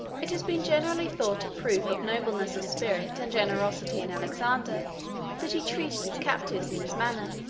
it has been generally thought a proof of nobleness of spirit and generosity in alexander that he treated his captives in this manner.